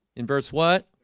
in verse what?